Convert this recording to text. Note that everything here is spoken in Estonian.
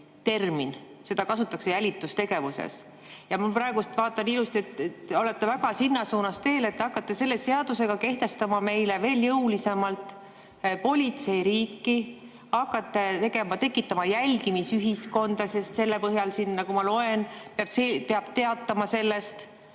termin, seda kasutatakse jälitustegevuses. Ma praegu vaatan, et te olete väga sinnapoole teel ja hakkate selle seadusega kehtestama meil veel jõulisemalt politseiriiki, hakkate tekitama jälgimisühiskonda, sest selle põhjal, mida ma loen, peab [nakkushaigest]